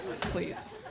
Please